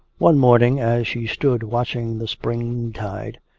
one morning, as she stood watching the springtide,